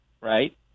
right